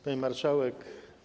Pani Marszałek!